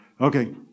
Okay